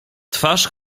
twarz